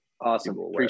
Awesome